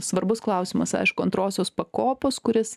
svarbus klausimas aišku antrosios pakopos kuris